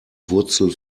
wurzel